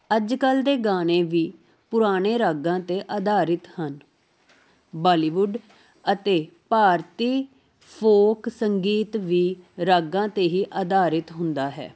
ਅੱਜ ਕੱਲ੍ਹ ਦੇ ਗਾਣੇ ਵੀ ਪੁਰਾਣੇ ਰਾਗਾਂ 'ਤੇ ਅਧਾਰਿਤ ਹਨ ਬਾਲੀਵੁੱਡ ਅਤੇ ਭਾਰਤੀ ਫੋਕ ਸੰਗੀਤ ਵੀ ਰਾਗਾਂ 'ਤੇ ਹੀ ਅਧਾਰਿਤ ਹੁੰਦਾ ਹੈ